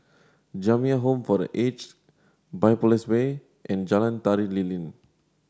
Jamiyah Home for The Aged Biopolis Way and Jalan Tari Lilin